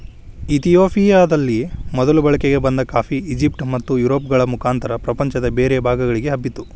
ಇತಿಯೋಪಿಯದಲ್ಲಿ ಮೊದಲು ಬಳಕೆಗೆ ಬಂದ ಕಾಫಿ, ಈಜಿಪ್ಟ್ ಮತ್ತುಯುರೋಪ್ಗಳ ಮುಖಾಂತರ ಪ್ರಪಂಚದ ಬೇರೆ ಭಾಗಗಳಿಗೆ ಹಬ್ಬಿತು